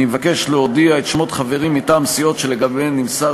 אני מבקש להודיע את שמות החברים מטעם הסיעות שלגביהן נמסר